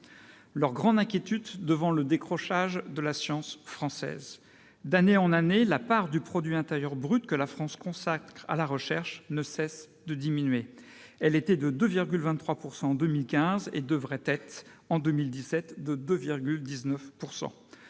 une grande inquiétude devant le décrochage de la science française. D'année en année, la part du produit intérieur brut que la France consacre à la recherche ne cesse de diminuer. Elle était de 2,23 % en 2015 et elle devrait être de 2,19